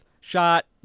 shot